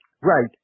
Right